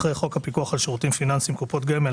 אחרי "חוק הפיקוח על שירותים פיננסיים (קופות גמל),